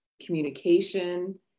communication